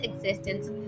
existence